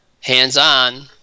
Hands-on